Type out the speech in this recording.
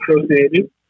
associated